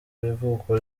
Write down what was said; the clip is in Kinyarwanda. ivuko